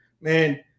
man